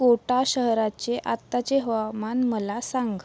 कोटा शहराचे आताचे हवामान मला सांग